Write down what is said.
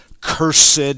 cursed